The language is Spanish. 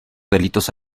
delitos